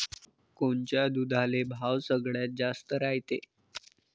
कोनच्या दुधाले भाव सगळ्यात जास्त रायते?